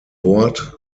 bord